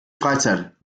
freizeit